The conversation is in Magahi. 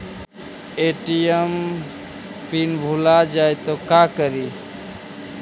ए.टी.एम पिन भुला जाए तो का करी?